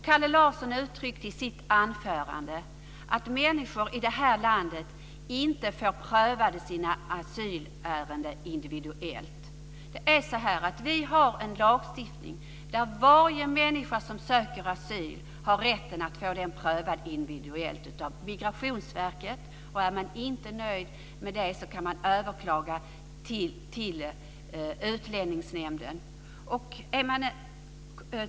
Kalle Larsson uttryckte i sitt anförande att människor i det här landet inte får sina asylärenden prövade individuellt. Vi har en lagstiftning där varje människa som söker asyl har rätt att få den prövad individuellt av Migrationsverket. Är man inte nöjd med det kan man överklaga till Utlänningsnämnden.